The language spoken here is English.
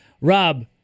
Rob